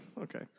Okay